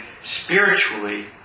spiritually